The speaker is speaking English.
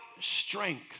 strength